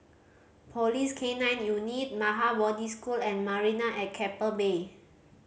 Police K Nine Unit Maha Bodhi School and Marina at Keppel Bay